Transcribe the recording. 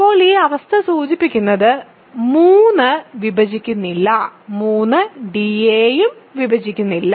ഇപ്പോൾ ഈ അവസ്ഥ സൂചിപ്പിക്കുന്നത് 3 വിഭജിക്കുന്നില്ല 3 d യെയും വിഭജിക്കുന്നില്ല